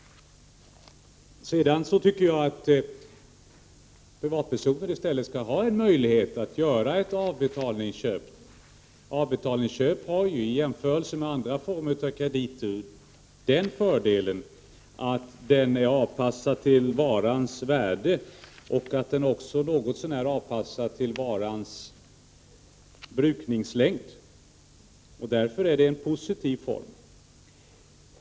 Jag tycker att privatpersoner i stället skall ha möjlighet att göra ett avbetalningsköp. Avbetalningsköp har, i jämförelse med andra former av krediter, fördelen att vara avpassat till varans värde och även något så när till varans brukningslängd. Därför är det en positiv form.